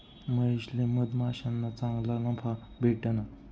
महेशले मधमाश्याना चांगला नफा भेटना